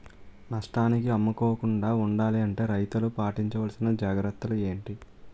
నష్టానికి అమ్ముకోకుండా ఉండాలి అంటే రైతులు పాటించవలిసిన జాగ్రత్తలు ఏంటి